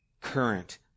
current